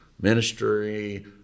ministry